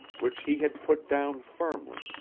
which he had put down firmly,